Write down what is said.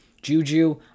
Juju